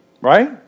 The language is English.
right